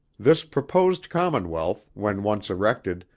this proposed commonwealth, when once erected,